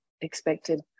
expected